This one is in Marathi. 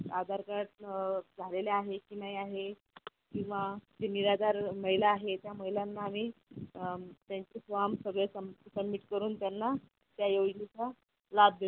आधार कार्ड झालेले आहेत की नाही आहे किंवा ज्या निराधार महिला आहे त्या महिलांना आम्ही त्यांचे फॉर्म सगळे सब्मिट करून त्यांना त्या योजनेचा लाभ देतो